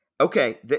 okay